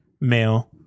male